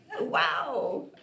wow